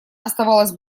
оставалось